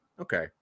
okay